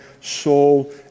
soul